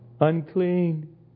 Unclean